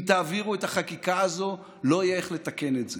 אם תעבירו את החקיקה הזו, לא יהיה איך לתקן את זה.